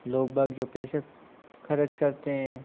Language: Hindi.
लोग बाग जो पैसे खर्च करते हैं